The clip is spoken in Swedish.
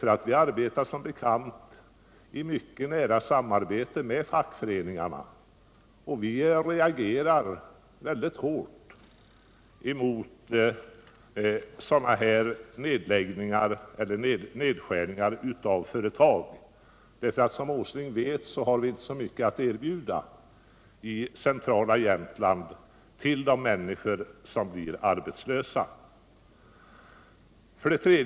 Vi arbetar som bekant i mycket nära samarbete med fackföreningarna, och vi reagerar hårt mot sådana nedläggningar av företag eller nedskärningar av arbetsstyrkan. Som herr Åsling vet har vi i centrala Jämtland inte mycket att erbjuda som alternativ sysselsättning till de människor som blir arbetslösa.